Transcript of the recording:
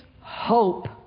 hope